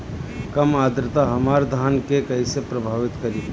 कम आद्रता हमार धान के कइसे प्रभावित करी?